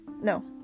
no